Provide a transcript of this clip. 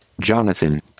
Jonathan